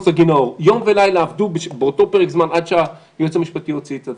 יום ולילה עבדו באותו פרק זמן עד שהיועץ המשפטי הוציא את זה.